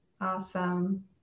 Awesome